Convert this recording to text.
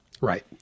Right